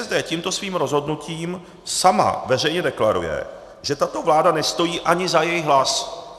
ČSSD tímto svým rozhodnutím sama veřejně deklaruje, že tato vláda nestojí ani za jejich hlas.